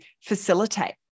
facilitate